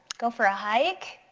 go for a hike?